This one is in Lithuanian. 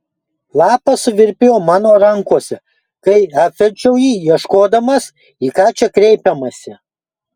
lapas suvirpėjo mano rankose kai apverčiau jį ieškodamas į ką čia kreipiamasi